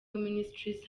ministries